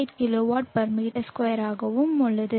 38 kilowatt மீ 2 ஆகவும் உள்ளது